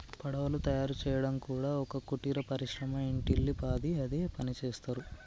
పడవలు తయారు చేయడం కూడా ఒక కుటీర పరిశ్రమ ఇంటిల్లి పాది అదే పనిచేస్తరు